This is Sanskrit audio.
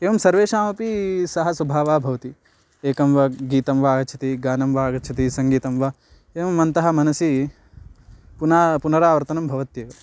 एवं सर्वेषामपि सः स्वभावः भवति एकं वा गीतं वा आगच्छति गानं वा आगच्छति सङ्गीतं वा एवम् अन्तः मनसि पुनः पुनरावर्तनं भवत्येव